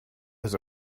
was